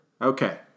Okay